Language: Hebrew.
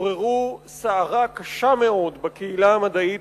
עוררו סערה קשה מאוד בקהילה המדעית,